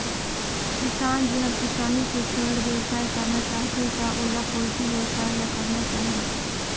किसान जेहर किसानी के छोयड़ बेवसाय करना चाहथे त ओला पोल्टी बेवसाय ल करना चाही